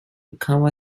cover